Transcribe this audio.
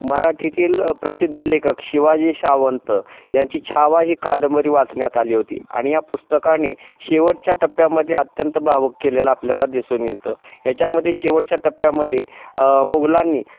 मराठीतील प्रसिद्ध लेखक शिवाजी सावंत यांची छावा ही कादंबरी वाचण्यात आली होती आणि या पुस्तकाने शेवटच्या टप्प्यामध्ये अत्यंत भावूक केलेलं आपल्याला दिसून येतं ह्याच्यामध्ये शेवटच्या टप्प्यामध्ये मुगलांनी